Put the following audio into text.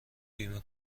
بیمه